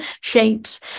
shapes